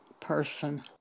person